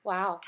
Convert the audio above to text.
Wow